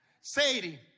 Sadie